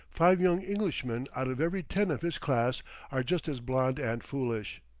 five young englishmen out of every ten of his class are just as blond and foolish.